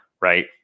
right